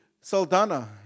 Saldana